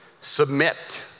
submit